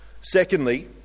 Secondly